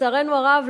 לצערנו הרב,